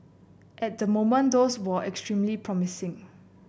at the moment these are extremely promising